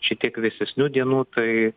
šiek tiek vėsesnių dienų tai